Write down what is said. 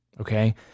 Okay